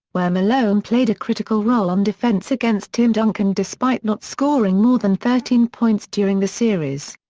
where malone played a critical role on defense against tim duncan despite not scoring more than thirteen points during the series.